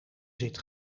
zit